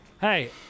Hey